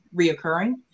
reoccurring